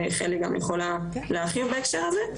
וחלי גם יכולה להרחיב בהקשר הזה,